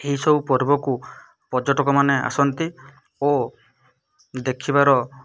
ଏହିସବୁ ପର୍ବକୁ ପର୍ଯ୍ୟଟକମାନେ ଆସନ୍ତି ଓ ଦେଖିବାର